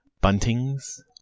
buntings